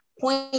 Point